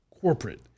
corporate